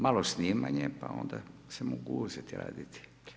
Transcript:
Malo snimanje pa onda se mogu uzeti raditi.